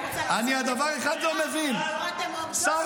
--- שר